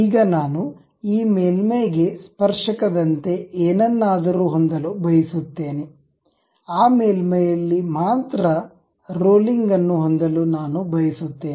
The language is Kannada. ಈಗ ನಾನು ಈ ಮೇಲ್ಮೈಗೆ ಸ್ಪರ್ಶಕದಂತೆ ಏನನ್ನಾದರೂ ಹೊಂದಲು ಬಯಸುತ್ತೇನೆ ಆ ಮೇಲ್ಮೈಯಲ್ಲಿ ಮಾತ್ರ ರೋಲಿಂಗ್ ಅನ್ನು ಹೊಂದಲು ನಾನು ಬಯಸುತ್ತೇನೆ